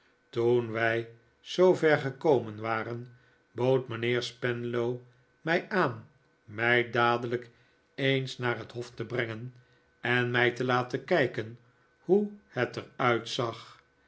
toen wij zoo ver gekomen waren bood mijnheer spenlow mij aan mij dadelijk eens naar het hof te brengen en mij te laten kijken hoe het er uitzag